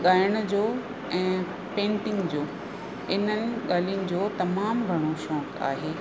ॻाइण जो ऐं पेंटिंग जो हिननि ॻाल्हियुनि जो तमामु घणो शौक़ु आहे